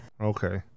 Okay